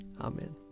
Amen